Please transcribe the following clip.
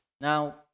Now